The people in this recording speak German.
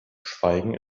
schweigen